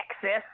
Texas